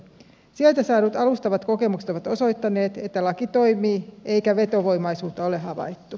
sieltä saadut alustavat kokemukset ovat osoittaneet että laki toimii eikä vetovoimaisuutta ole havaittu